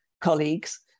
colleagues